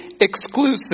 exclusive